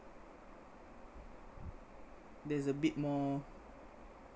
there's a bit more